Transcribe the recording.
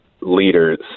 leaders